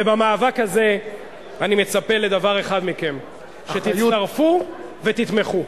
ובמאבק הזה אני מצפה לדבר אחד מכם: שתצטרפו ותתמכו.